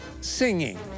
Singing